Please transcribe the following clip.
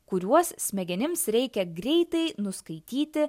kuriuos smegenims reikia greitai nuskaityti